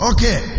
Okay